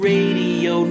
Radio